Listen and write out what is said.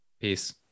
peace